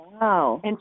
Wow